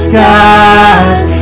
skies